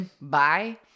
bye